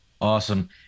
awesome